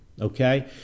Okay